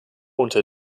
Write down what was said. unter